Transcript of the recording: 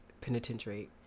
Penitentiary